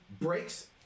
breaks